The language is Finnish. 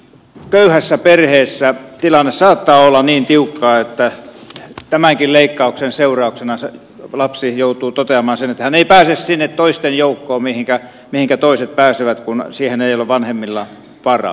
köyhässä perheessä tilanne saattaa olla niin tiukka että tämänkin leikkauksen seurauksena lapsi joutuu toteamaan sen että hän ei pääse sinne toisten joukkoon mihinkä toiset pääsevät kun siihen ei ole vanhemmilla varaa